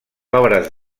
obres